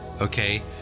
okay